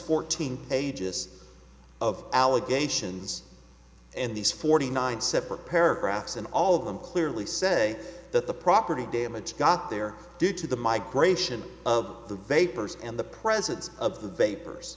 fourteen pages of allegations and these forty nine separate paragraphs and all of them clearly say that the property damage got there due to the migration of the vapors and the presence of the vapors